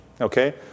Okay